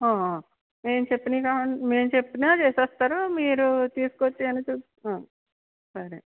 మేము చెప్పినవి కాన్ మేము చెప్పినా చేస్తారు మీరు తీసుకొచ్చినా చూపి సరే